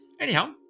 Anyhow